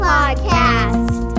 Podcast